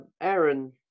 Aaron